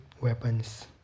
weapons